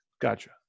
Gotcha